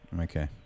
Okay